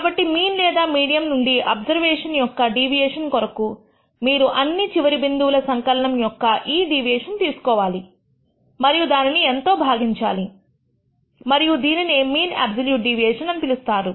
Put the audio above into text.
కాబట్టి మీన్ లేదా మీడియం నుండి అబ్జర్వేషన్ యొక్క డీవియేషన్ కొరకు మీరు అన్ని చివరి బిందువుల సంకలనము యొక్క ఈ డీవియేషన్ తీసుకోవాలి మరియు దానిని N తో భాగించాలి మరియు దీనినే మీన్ ఆబ్సొల్యూట్ డీవియేషన్ అని పిలుస్తారు